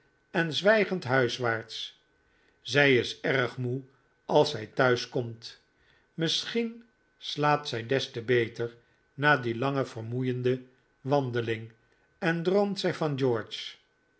en zwijgend huiswaarts zij is erg moe als zij thuis komt misschien slaapt zij des te beter na die lange vermoeiende wandeling en droomt zij van george